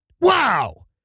Wow